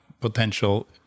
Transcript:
potential